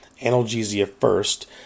analgesia-first